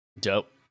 dope